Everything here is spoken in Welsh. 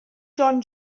john